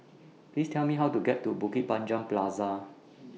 Please Tell Me How to get to Bukit Panjang Plaza